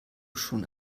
schon